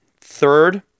Third